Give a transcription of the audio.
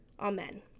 Amen